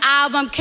album